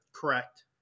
Correct